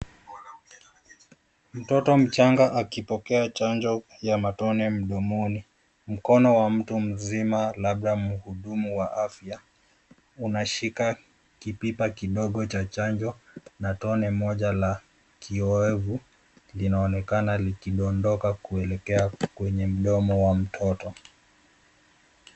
Mtoto mchanga akipokea chanjo ya matone mdomoni, mkono wa mtu mzima, labda mhudumu wa afya, unashika kipipa kidogo cha chanjo na tone moja la kioevu linaonekana likidondoka kuelekea kwenye mdomo wa mtoto.